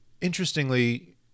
Interestingly